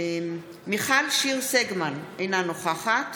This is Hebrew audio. מיכל שיר סגמן, אינה נוכחת